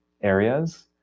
areas